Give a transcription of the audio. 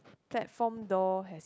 platform door has